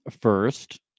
first